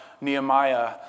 Nehemiah